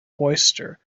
oyster